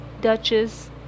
Duchess